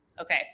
Okay